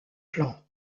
clan